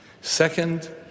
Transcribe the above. Second